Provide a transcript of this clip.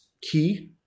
key